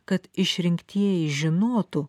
kad išrinktieji žinotų